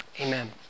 amen